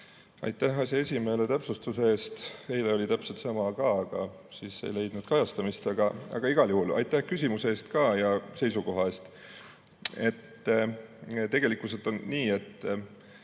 Aitäh aseesimehele täpsustuse eest! Eile oli täpselt sama [olukord], aga siis ei leidnud kajastamist. Aga igal juhul, aitäh ka küsimuse eest ja seisukoha eest! Tegelikult on nii, et